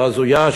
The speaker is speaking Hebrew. ההזויה,